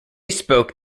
spoke